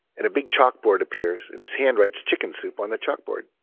and a big chalkboard appears and this hand writes chicken soup on the chalkboard.